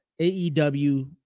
AEW